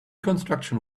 construction